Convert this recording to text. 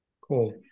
Cool